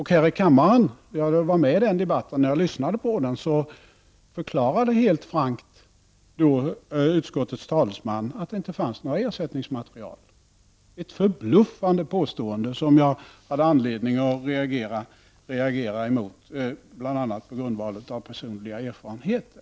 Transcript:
Här i kammaren förklarade utskottets talesman helt frankt -- jag lyssnade på debatten -- att det inte fanns några ersättningsmaterial. Ett förbluffande påstående, som jag hade anledning att reagera mot bl.a. av personliga erfarenheter.